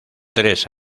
tres